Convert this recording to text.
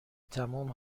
تموم